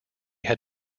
had